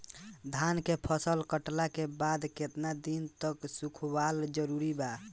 धान के फसल कटला के बाद केतना दिन तक सुखावल जरूरी बा?